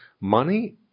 money